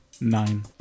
Nine